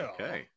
Okay